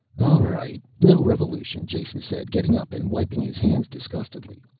all right, no revolution, jason said, getting up and wiping his hands disgustedly.